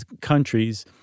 countries